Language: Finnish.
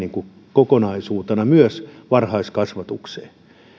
kokonaisuutena myös varhaiskasvatukseen